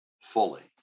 fully